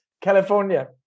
California